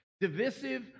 divisive